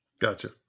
gotcha